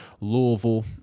Louisville